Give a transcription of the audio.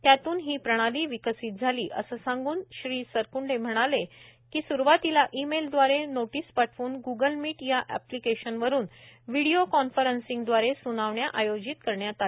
त्यातून ही प्रणाली विकसित झाली असे सांगून सरकंडे म्हणाले की स्रूवातीला ई मेल द्वारे नोटीस पाठवून ग्गल मिट या एप्लिकेशनवरून व्हिडिओ कॉन्फरन्सिंगदवारे सुनावण्या आयोजित करण्यात आल्या